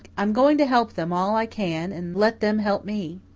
i'm going to help them all i can and let them help me.